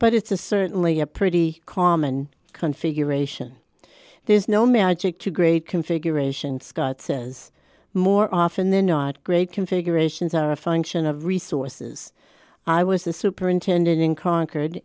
but it's a certainly a pretty common configuration there's no magic to grade configuration scott says more often than not great configurations are a function of resources i was the superintendent in concord